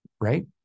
right